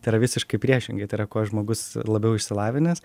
tai yra visiškai priešingai tai yra kuo žmogus labiau išsilavinęs